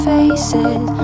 Faces